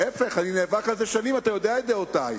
להיפך, אני נאבק על זה שנים, אתה מכיר את דעותי.